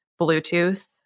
Bluetooth